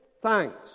thanks